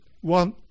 one